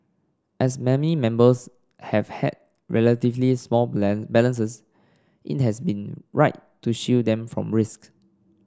as many members have had relatively small balances it has been right to shield them from risk